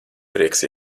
prieks